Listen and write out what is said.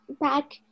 back